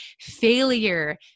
failure